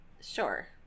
Sure